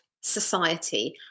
society